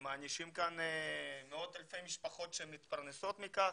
הם מענישים כאן מאות אלפי משפחות שמתפרנסות מכך.